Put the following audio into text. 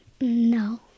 No